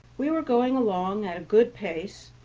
we were going along at a good pace,